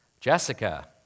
Jessica